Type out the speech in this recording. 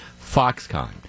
Foxconn